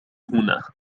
هنا